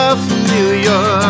familiar